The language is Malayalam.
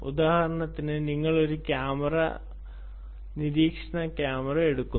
ഉദാഹരണത്തിന് നിങ്ങൾ ഒരു ക്യാമറ നിരീക്ഷണ ക്യാമറ എടുക്കുന്നു